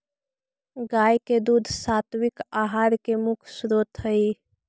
गाय के दूध सात्विक आहार के मुख्य स्रोत हई